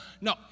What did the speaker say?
No